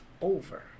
over